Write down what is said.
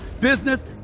business